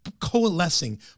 coalescing